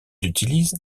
utilisent